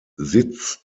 sitz